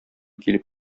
килеп